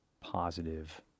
positive